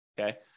Okay